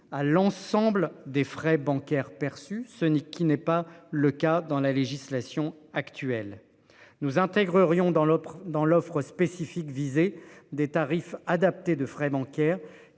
à l'ensemble des frais bancaires perçu ce qui n'est pas le cas dans la législation actuelle nous intègre Riom dans l'autre dans l'offre spécifique visé des tarifs adaptés de frais bancaires